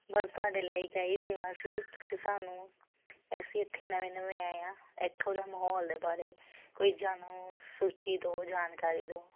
ਬਸ ਤੁਹਾਡੇ ਲਾਈਕ ਆਹ ਹੀ ਸੇਵਾ ਸੀ ਤੁਸੀਂ ਸਾਨੂੰ ਅਸੀਂ ਇੱਥੇ ਨਵੇਂ ਨਵੇਂ ਆਏ ਹਾਂ ਇੱਥੋਂ ਦਾ ਮਾਹੌਲ ਬਾਰੇ ਕੋਈ ਜਾਣੂ ਸੂਚੀ ਦਿਓ ਜਾਣਕਾਰੀ ਦਿਓ